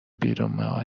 بیرون